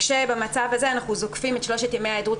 במצב הזה אנחנו זוקפים את שלושת ימי ההיעדרות